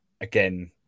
again